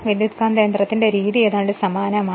ട്രാൻസ്ഫോർമറിന്റെ രീതി ഏതാണ്ട് സമാനമാണ്